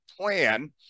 plan